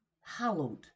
Hallowed